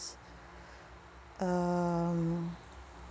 um